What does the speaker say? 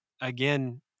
again